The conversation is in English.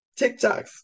TikToks